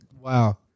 wow